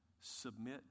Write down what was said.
submit